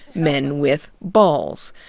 men with balls.